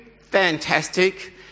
fantastic